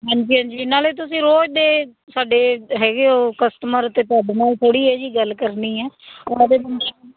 ਹਾਂਜੀ ਹਾਂਜੀ ਨਾਲੇ ਤੁਸੀਂ ਰੋਜ਼ ਦੇ ਸਾਡੇ ਹੈਗੇ ਹੋ ਕਸਟਮਰ ਅਤੇ ਤੁਹਾਡੇ ਨਾਲ ਥੋੜ੍ਹੀ ਇਹੋ ਜਿਹੀ ਗੱਲ ਕਰਨੀ ਹੈ